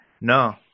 No